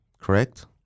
correct